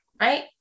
Right